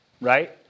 right